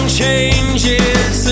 changes